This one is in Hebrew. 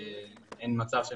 זאת תשובה רשמית של הצבא.